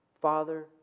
Father